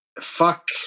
fuck